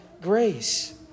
grace